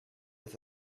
with